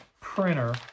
printer